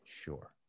sure